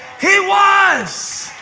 he was,